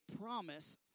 promise